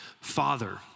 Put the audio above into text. father